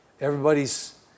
Everybody's